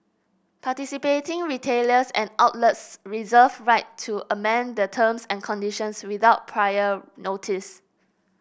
participating retailers and outlets reserve right to amend the terms and conditions without prior notice